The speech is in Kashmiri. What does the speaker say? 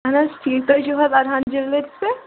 اہَن حظ ٹھیٖک تُہۍ چھُ حظ ارحان جولرِز پٮ۪ٹھ